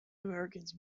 americans